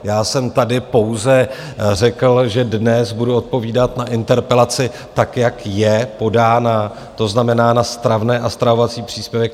Já jsem tady pouze řekl, že dnes budu odpovídat na interpelaci, tak jak je podána, to znamená na stravné a stravovací příspěvek.